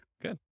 good